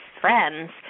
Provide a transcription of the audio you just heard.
friends